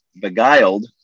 beguiled